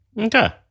Okay